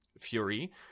Fury